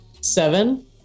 Seven